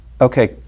okay